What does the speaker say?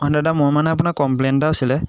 অঁ দাদা মই মানে আপোনাৰ কমপ্লেইন এটা আছিলে